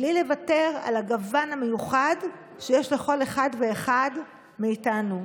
בלי לוותר על הגוון המיוחד שיש לכל אחד ואחד מאיתנו,